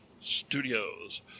studios